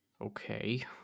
Okay